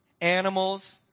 animals